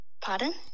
Pardon